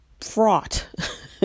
fraught